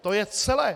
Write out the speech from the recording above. To je celé.